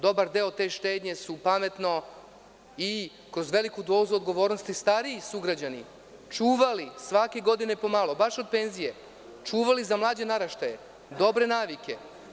Dobar deo te štednje su pametno i kroz veliku dozu odgovornosti stariji sugrađani čuvali svake godine po malo baš od penzije, čuvali za mlađe naraštaje, dobre navike.